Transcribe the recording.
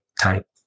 type